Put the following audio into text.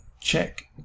check